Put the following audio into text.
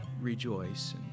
rejoice